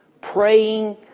praying